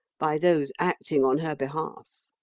by those acting on her behalf.